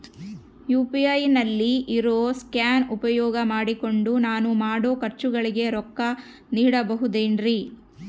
UPI ನಲ್ಲಿ ಇರೋ scan ಉಪಯೋಗ ಮಾಡಿಕೊಂಡು ನಾನು ಮಾಡೋ ಖರ್ಚುಗಳಿಗೆ ರೊಕ್ಕ ನೇಡಬಹುದೇನ್ರಿ?